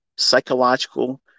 psychological